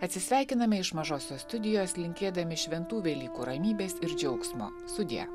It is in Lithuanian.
atsisveikiname iš mažosios studijos linkėdami šventų velykų ramybės ir džiaugsmo sudie